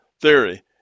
theory